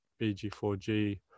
BG4G